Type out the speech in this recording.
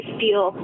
feel